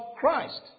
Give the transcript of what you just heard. Christ